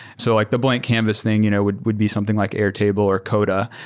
so like the blank canvas thing you know would would be something like airtable or coda,